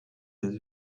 that